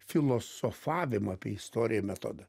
filosofavimą apie istoriją metodą